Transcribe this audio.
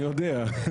אני יודע,